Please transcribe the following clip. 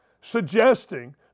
suggesting